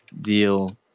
deal